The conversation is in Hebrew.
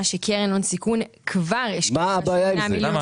שקרן הון סיכון כבר השקיעה 8 מיליון שקלים.